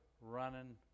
running